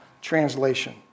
translation